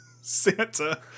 Santa